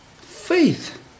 Faith